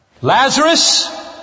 Lazarus